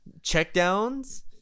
Checkdowns